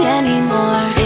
anymore